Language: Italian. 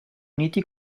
uniti